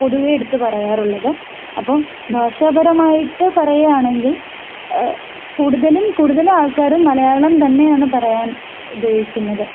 പൊതുവേ എടുത്ത് പറയാറുള്ളത് അപ്പോൾ ഭാഷാപരമായിട്ട് പറയുകയാണെങ്കിൽ കൂടുതലും കൂടുതലും ആൾക്കാരും മലയാളം തന്നെയാണ് പറയാൻ ഉപയോഗിക്കുന്നത്